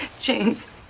James